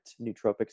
nootropics